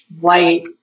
white